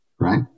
Right